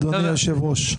אדוני יושב הראש.